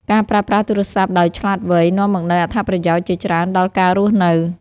ការប្រើប្រាស់ទូរស័ព្ទដោយឆ្លាតវៃ នាំមកនូវអត្ថប្រយោជន៍ជាច្រើនដល់ការរស់នៅ។